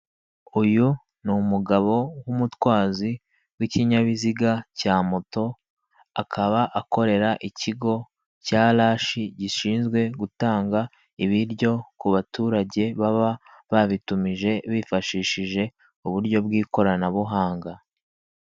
Uyu ni umugabo w'umutwazi w'ikinyabiziga cya moto, akaba akorera ikigo cya rashi gishinzwe gutanga ibiryo ku baturage baba babitumije bifashishije uburyo bw'ikoranabuhanga.